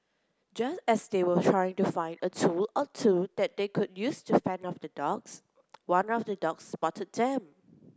just as they were trying to find a tool or two that they could use to fend off the dogs one of the dogs spotted them